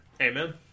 Amen